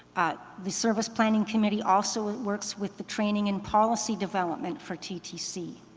the service planning committee also works with the training and policy development for ttc